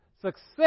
success